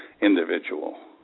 individual